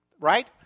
Right